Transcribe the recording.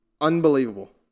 unbelievable